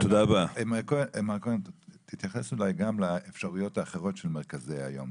מר כהן תתייחס אולי גם לאפשרויות האחרות של מרכזי היום,